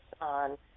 on